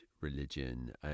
religion